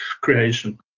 creation